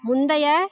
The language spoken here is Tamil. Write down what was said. முந்தைய